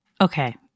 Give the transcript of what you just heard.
Okay